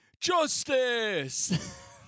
justice